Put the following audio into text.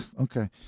okay